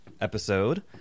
episode